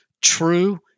true